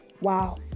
wow